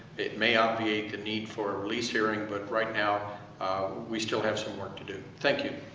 it may obviate the need for a release hearing, but right now we still have some work to do. thank you.